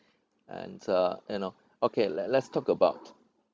and uh you know okay let let's talk about